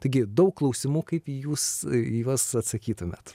taigi daug klausimų kaip jūs į juos atsakytumėt